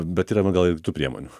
bet yra nu gal ir kitų priemonių